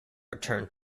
return